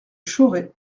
chauray